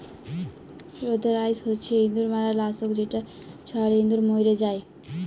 rodenticide হছে ইঁদুর মারার লাসক যেট ছড়ালে ইঁদুর মইরে যায়